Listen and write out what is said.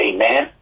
Amen